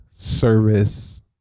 service